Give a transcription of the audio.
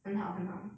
很好很好